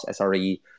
sre